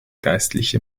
geistliche